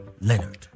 Leonard